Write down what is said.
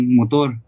motor